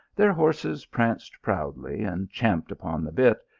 their horses pranced proudly, and champ ed upon the bit,